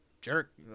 Jerk